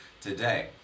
today